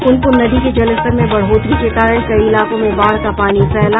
पुनपुन नदी के जलस्तर में बढ़ोत्तरी के कारण कई इलाकों में बाढ़ का पानी फैला